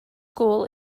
school